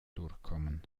durchkommen